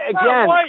again